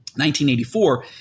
1984